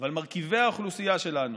אבל מרכיבי האוכלוסייה שלנו,